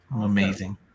Amazing